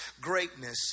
greatness